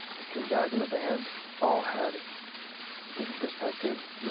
the three guys in the band all had different perspectives.